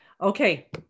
Okay